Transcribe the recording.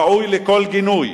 ראוי לכל גינוי.